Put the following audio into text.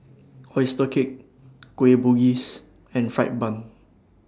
Oyster Cake Kueh Bugis and Fried Bun